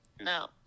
No